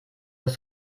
doch